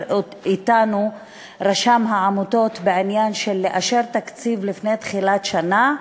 אתנו רשם העמותות בעניין של אישור תקציב לפני תחילת שנה.